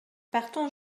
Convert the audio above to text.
partons